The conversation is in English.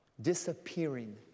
disappearing